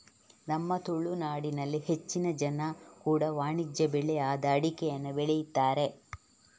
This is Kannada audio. ನಮ್ಮ ತುಳುನಾಡಿನಲ್ಲಿ ಹೆಚ್ಚಿನ ಎಲ್ಲ ಜನ ಕೂಡಾ ವಾಣಿಜ್ಯ ಬೆಳೆ ಆದ ಅಡಿಕೆಯನ್ನ ಬೆಳೀತಾರೆ